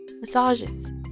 massages